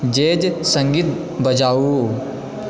jazz सङ्गीत बजाउ